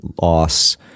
loss